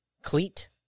cleat